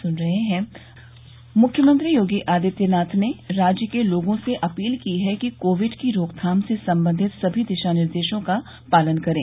मूख्यमंत्री योगी आदित्यनाथ ने राज्य के लोगों से अपील की है कि कोविड की रोकथाम से संबंधित सभी दिशा निर्देशों का पालन करें